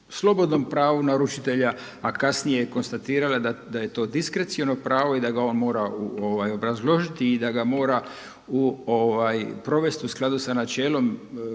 slobodnom pravu naručitelja, a kasnije je konstatirala da je to diskreciono pravo i da ga on mora obrazložiti i da ga mora provesti u skladu s načelima